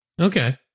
Okay